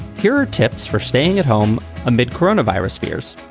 here are tips for staying at home amid coronavirus fears.